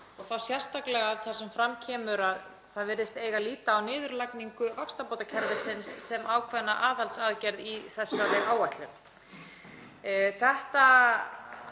og þá sérstaklega þar sem fram kemur að það virðist eiga að líta á niðurlagningu vaxtabótakerfisins sem ákveðna aðhaldsaðgerð í þessari áætlun. Þetta